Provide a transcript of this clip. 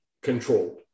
controlled